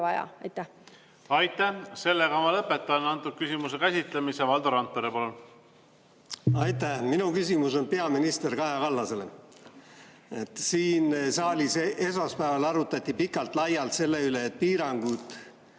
palun! Aitäh! Ma lõpetan selle küsimuse käsitlemise. Valdo Randpere, palun! Aitäh! Minu küsimus on peaminister Kaja Kallasele. Siin saalis esmaspäeval arutati pikalt-laialt selle üle, et piiranguid